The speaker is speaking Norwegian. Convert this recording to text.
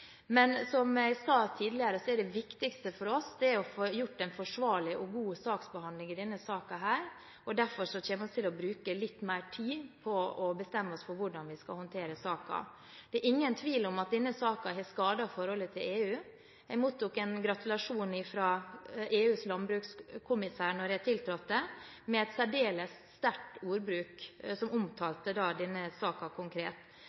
Som jeg sa tidligere, er det viktigste for oss å få en forsvarlig og god saksbehandling i denne saken. Derfor kommer vi til å bruke litt mer tid på å bestemme oss for hvordan vi skal håndtere den. Det er ingen tvil om at denne saken har skadet forholdet til EU. Jeg mottok en gratulasjon fra EUs landbrukskommissær da jeg tiltrådte, med en særdeles sterk ordbruk, som omtalte denne saken konkret.